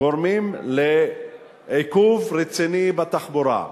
גורמים לעיכוב רציני בתחבורה.